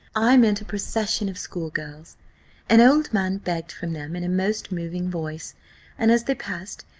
i met a procession of school-girls an old man begged from them in a most moving voice and as they passed,